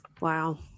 Wow